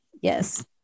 Yes